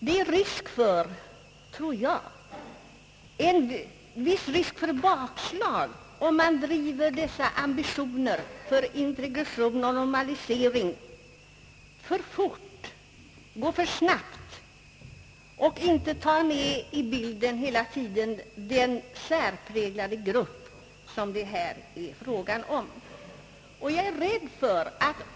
Det är en viss risk för bakslag, tror jag, om man driver dessa ambitioner för integration och normalisering alltför fort, går fram för snabbt och inte hela tiden tar med i bilden att det här rör sig om en särpräglad grupp.